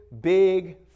big